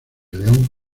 león